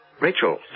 Rachel